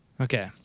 Okay